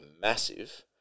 massive